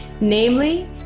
Namely